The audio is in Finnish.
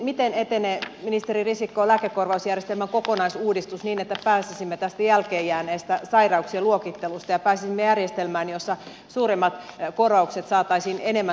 miten etenee ministeri risikko lääkekorvausjärjestelmän kokonaisuudistus niin että pääsisimme tästä jälkeenjääneestä sairauksien luokittelusta järjestelmään jossa suuremmat korvaukset saataisiin enemmän sairastaneille